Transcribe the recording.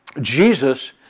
Jesus